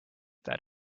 that